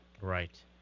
Right